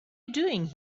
doing